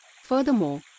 Furthermore